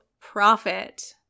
profit